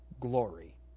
glory